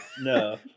no